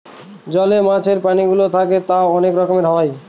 জলে মাছের প্রাণীগুলো থাকে তা অনেক রকমের হয়